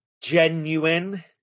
genuine